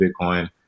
Bitcoin